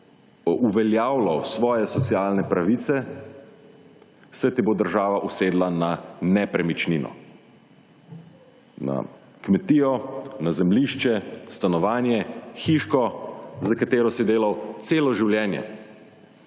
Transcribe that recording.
uveljavljal svoje socialne pravice, se ti bo država usedla na nepremičnino, na kmetijo, na zemljišče, stanovanje, hiško, za katero si delal celo življenje,